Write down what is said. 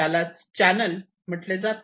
यालाच चॅनल म्हटले जाते